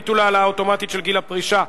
ביטול העלאה אוטומטית של גיל הפרישה),